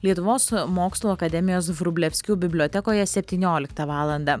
lietuvos mokslų akademijos vrublevskių bibliotekoje septynioliktą valandą